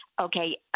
Okay